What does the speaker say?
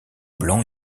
blanc